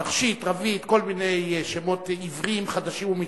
תכשיט, רביד, כל מיני שמות עבריים חדשים ומתחדשים.